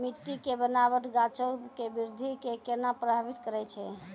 मट्टी के बनावट गाछो के वृद्धि के केना प्रभावित करै छै?